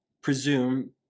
presume